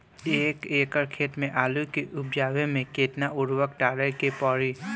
एक एकड़ खेत मे आलू उपजावे मे केतना उर्वरक डाले के पड़ी?